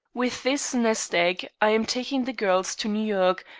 with this nest-egg i am taking the girls to new york,